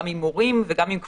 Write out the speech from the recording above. גם עם מורים וגם עם קבוצות.